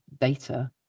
data